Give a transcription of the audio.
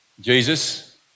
Jesus